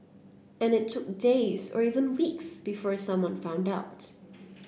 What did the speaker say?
and it took days or even weeks before someone found out